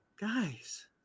guys